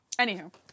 Anywho